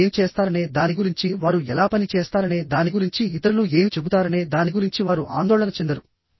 వారు ఏమి చేస్తారనే దాని గురించి వారు ఎలా పని చేస్తారనే దాని గురించి ఇతరులు ఏమి చెబుతారనే దాని గురించి వారు ఆందోళన చెందరు